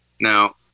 Now